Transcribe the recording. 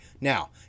Now